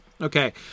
Okay